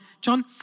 John